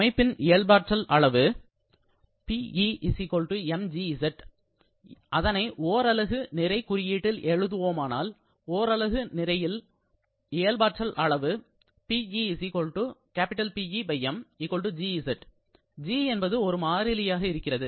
அமைப்பின் இயல்பாற்றல் அளவு PE mgz அதனை ஓரலகு நிறை குறியீட்டில் எழுதுவோமானால் ஓரலகு நிறைக்கு இயல்பாற்றல் அளவு g என்பது ஒரு மாறிலியாக இருக்கிறது